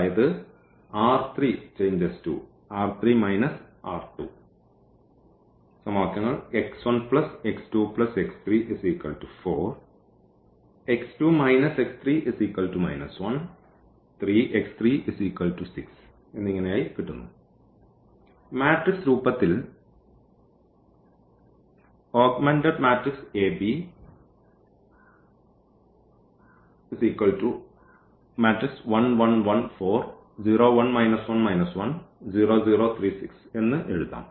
അതായത് മാട്രിക്സ് രൂപത്തിൽ എന്ന് എഴുതാം